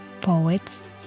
poets